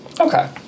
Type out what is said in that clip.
Okay